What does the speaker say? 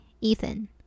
Ethan